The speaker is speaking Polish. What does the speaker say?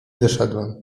wyszedłem